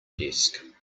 desk